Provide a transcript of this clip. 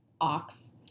ox